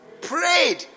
prayed